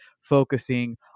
focusing